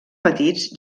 petits